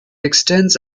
extends